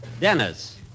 Dennis